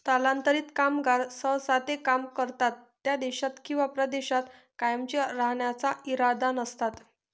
स्थलांतरित कामगार सहसा ते काम करतात त्या देशात किंवा प्रदेशात कायमचे राहण्याचा इरादा नसतात